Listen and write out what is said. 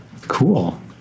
cool